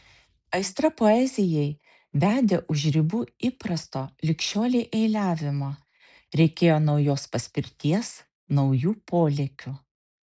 aistra poezijai vedė už ribų įprasto lig šiolei eiliavimo reikėjo naujos paspirties naujų polėkių